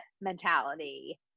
mentality